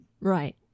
right